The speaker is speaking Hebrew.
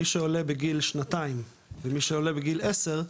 מי שעולה בגיל שנתיים ומי שעולה בגיל עשר,